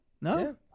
No